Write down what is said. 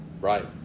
right